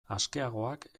askeagoak